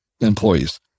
employees